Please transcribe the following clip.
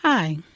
Hi